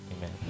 Amen